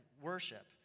worship